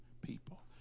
people